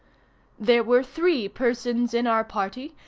there were three persons in our party,